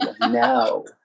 no